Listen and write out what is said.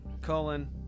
colon